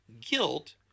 guilt